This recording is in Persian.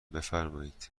بفرمایید